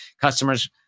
customers